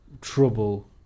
trouble